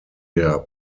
der